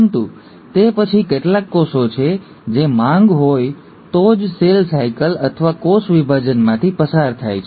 પરંતુ તે પછી કેટલાક કોષો છે જે માંગ હોય તો જ સેલ સાયકલ અથવા કોષ વિભાજનમાંથી પસાર થાય છે